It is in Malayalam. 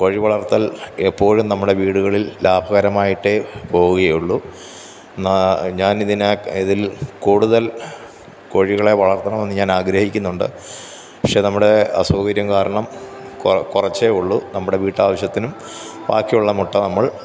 കോഴി വളര്ത്തല് എപ്പോഴും നമ്മുടെ വീടുകളില് ലാഭകരമായിട്ടേ പോവുകയുള്ളു നാ ഞാനിതിനാണ് ഇതില് കൂടുതല് കോഴികളെ വളര്ത്തണമെന്ന് ഞാന് ആഗ്രഹിക്കുന്നുണ്ട് പക്ഷേ നമ്മുടെ അസൗകര്യം കാരണം കുറച്ച് ഉള്ളൂ നമ്മുടെ വീട്ടാവശ്യത്തിനും ബാക്കി ഉള്ള മുട്ട നമ്മള്